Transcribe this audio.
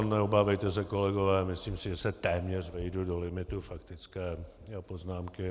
Neobávejte se, kolegové, myslím si, že se téměř vejdu do limitu faktické poznámky.